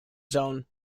zone